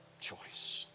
choice